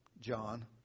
John